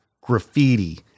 graffiti